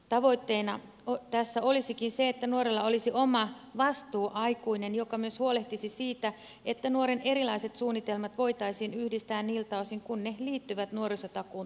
tavoitteena tässä olisikin se että nuorella olisi oma vastuuaikuinen joka myös huolehtisi siitä että nuoren erilaiset suunnitelmat voitaisiin yhdistää niiltä osin kuin ne liittyvät nuorisotakuun toteuttamiseen